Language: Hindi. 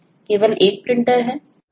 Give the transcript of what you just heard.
केवल एक प्रिंटर है